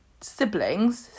siblings